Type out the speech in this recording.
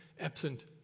absent